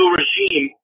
regime